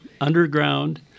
underground